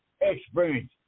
experience